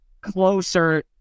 closer